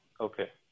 Okay